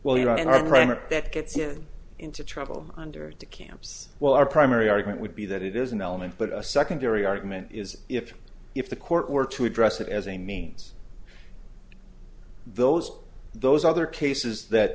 well you know an argument that gets him into trouble under the camp's well our primary argument would be that it is an element but a secondary argument is if if the court were to address it as a means those those other cases that